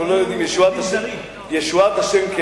אנחנו לא יודעים, הלוואי, רק שלא